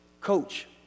coach